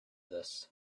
this